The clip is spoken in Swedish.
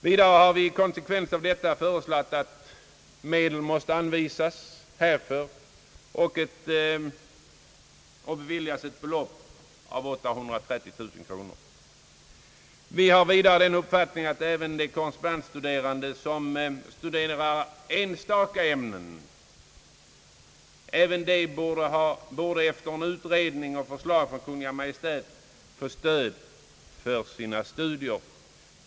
Vidare har vi i konsekvensens namn föreslagit att medel anvisas härför till ett belopp av 830 000 kronor. Även de korrespondensstuderande som läser enstaka ämnen borde, efter en utredning och förslag från Kungl. Maj:t, få stöd till sina studier.